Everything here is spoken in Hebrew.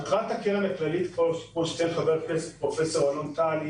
מטרת הקרן הכללית, כמו שציין פרופסור אלון טל,